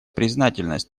признательность